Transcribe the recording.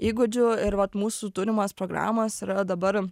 įgūdžių ir vat mūsų turimos programos yra dabar